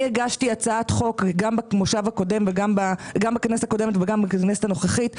אני הגשתי הצעת חוק גם בכנסת הקודמת וגם בכנסת הנוכחית,